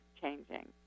changing